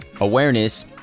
awareness